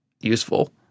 useful